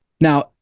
now